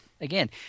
again